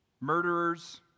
murderers